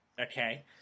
Okay